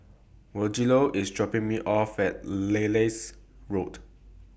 Rogelio IS dropping Me off At Lilac Road